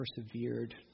persevered